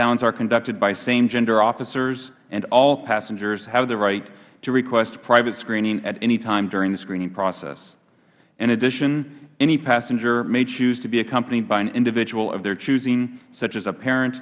downs are conducted by same gender officers and all passengers have the right to request private screening at any time during the screening process in addition any passenger may choose to be accompanied by an individual of their choosing such as a parent